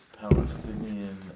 Palestinian